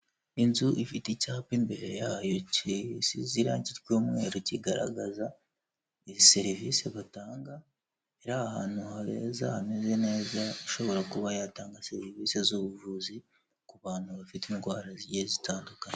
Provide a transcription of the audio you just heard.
Inzu ifite icyapa imbere yayo kisize irangi ry'umweru kigaragaza izi serivisi batanga, iri ahantu heza hameze neza, ishobora kuba yatanga serivisi z'ubuvuzi ku bantu bafite indwara zigiye zitandukanye.